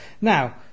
Now